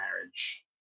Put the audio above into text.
marriage